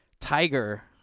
Tiger